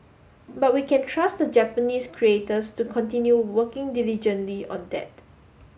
but we can trust the Japanese creators to continue working diligently on that